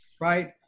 Right